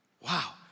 Wow